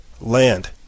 land